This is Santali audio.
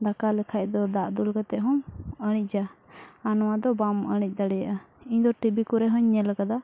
ᱫᱟᱠᱟ ᱞᱮᱠᱷᱟᱡ ᱫᱚ ᱫᱟᱜ ᱫᱩᱞ ᱠᱟᱛᱮᱫ ᱦᱚᱸ ᱤᱲᱤᱡᱟ ᱟᱨ ᱱᱚᱣᱟᱫᱚ ᱵᱟᱢ ᱤᱲᱤᱡ ᱫᱟᱲᱮᱭᱟᱜᱼᱟ ᱤᱧᱫᱚ ᱠᱚᱨᱮᱦᱚᱧ ᱧᱮᱞ ᱟᱠᱟᱫᱟ